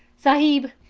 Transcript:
sahib,